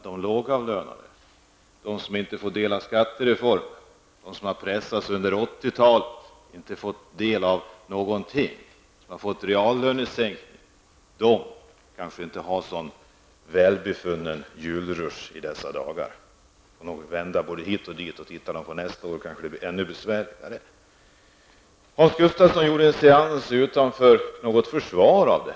De lågavlönade, de som inte får del av skattereformen och som har pressats under 80-talet av reallönesänkningar, kanske inte deltar i någon julrusch dessa dagar. Det kanske blir ännu besvärligare nästa år. Hans Gustafssons seans innehöll inte något försvar.